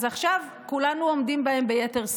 אז עכשיו כולנו עומדים בהם ביתר שאת.